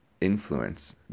influence